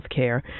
healthcare